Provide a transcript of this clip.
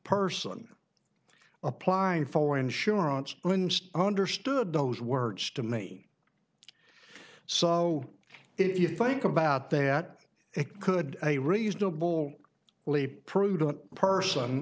person applying for insurance understood those words to me so if i think about that it could be a reasonable leap prudent person